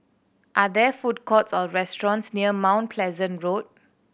are there food courts or restaurants near Mount Pleasant Road